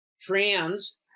trans